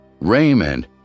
Raymond